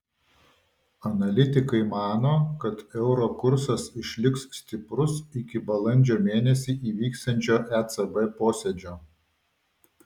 analitikai mano kad euro kursas išliks stiprus iki balandžio mėnesį įvyksiančio ecb posėdžio